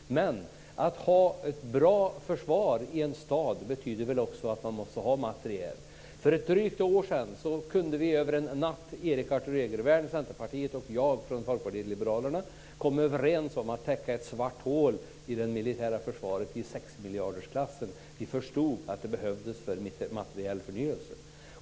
Men att ha ett bra försvar i en stad betyder också att man behöver ha materiel. För ett drygt år sedan kunde vi över en natt - Erik Arthur Egervärn, Centerpartiet, och jag från Folkpartiet liberalerna - komma överens om att täcka ett svart hål i det militära försvaret i 6-miljardersklassen. Vi förstod att det behövdes materiell förnyelse.